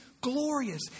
glorious